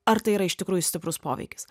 ar tai yra iš tikrųjų stiprus poveikis